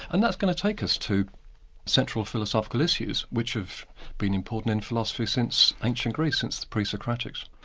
and that's going to take us to central philosophical issues which have been important in philosophy since ancient greece, since the pre-socratics.